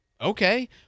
Okay